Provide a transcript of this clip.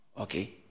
okay